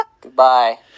Goodbye